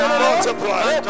multiply